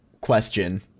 question